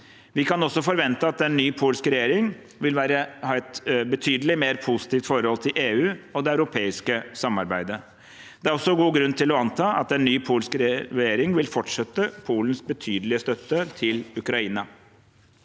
Vi kan også forvente at en ny polsk regjering vil ha et betydelig mer positivt forhold til EU og det europeiske samarbeidet. Det er også god grunn til å anta at en ny polsk regjering vil fortsette Polens betydelige støtte til Ukraina.